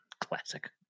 Classic